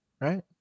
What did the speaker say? Right